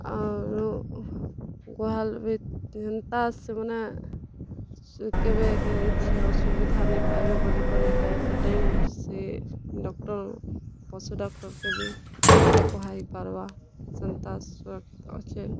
ଆରୁ ଗୁହାଲ୍ ବି ହେନ୍ତା ସେମାନେ କେ ବି କିଛି ଅସୁବିଧା ନାଇ ପାଏବେ ବୋଲିକରି ଟାଇମ୍ ଟୁ ଟାଇମ୍ ସେ ଡ଼କ୍ଟର୍ ପଶୁ ଡ଼କ୍ଟର୍ କେ ବି ଏନ୍ତା କୁହା ହେଇପାର୍ବା ସେନ୍ତା ଅଛେ